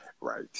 Right